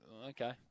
Okay